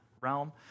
realm